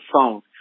phone